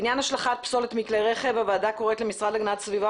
בעניין השלכת פסולת מכלי רכב הוועדה קוראת למשרד להגנת הסביבה